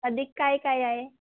अधिक काय काय आहे